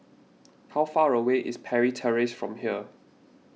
how far away is Parry Terrace from here